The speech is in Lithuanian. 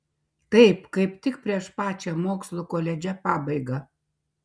taip kaip tik prieš pačią mokslų koledže pabaigą